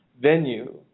venue